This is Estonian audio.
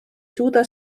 suuda